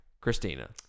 Christina